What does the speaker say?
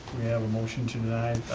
a motion to deny